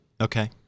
Okay